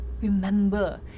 Remember